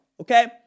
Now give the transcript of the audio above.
okay